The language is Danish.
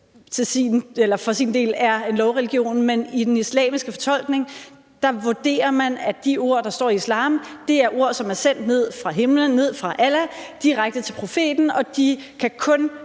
for så vidt også er en lovreligion, men i den islamiske fortolkning vurderer man, at de ord, der står i koranen, er ord, der er sendt ned fra himlen, fra Allah, direkte til profeten, og at de kun